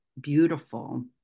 beautiful